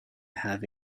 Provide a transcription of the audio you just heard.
have